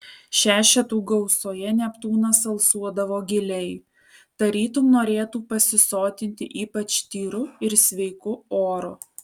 šešetų gausoje neptūnas alsuodavo giliai tarytum norėtų pasisotinti ypač tyru ir sveiku oru